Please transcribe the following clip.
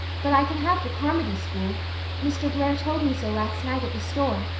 but i can have the carmody school mr. blair told me so last night at the store.